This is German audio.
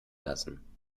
lassen